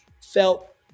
felt